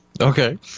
Okay